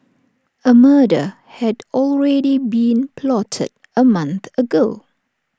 A murder had already been plotted A month ago